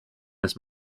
this